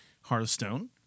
Hearthstone